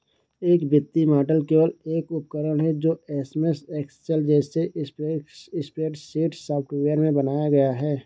एक वित्तीय मॉडल केवल एक उपकरण है जो एमएस एक्सेल जैसे स्प्रेडशीट सॉफ़्टवेयर में बनाया गया है